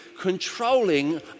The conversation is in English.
controlling